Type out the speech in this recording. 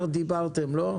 דיברתם הבוקר?